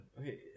Okay